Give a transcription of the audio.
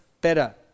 better